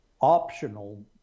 optional